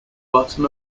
bottom